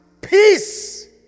peace